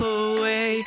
away